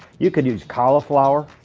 you can use cauliflower,